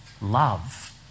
love